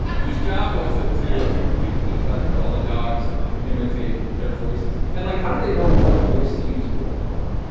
whose job was it to to give peanut butter to all the dogs and then imitate their voices? and, like, how did they know what voice to use for what dog?